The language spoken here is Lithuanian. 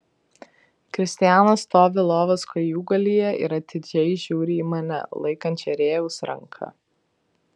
kristijanas stovi lovos kojūgalyje ir atidžiai žiūri į mane laikančią rėjaus ranką